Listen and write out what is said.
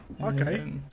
Okay